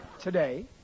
Today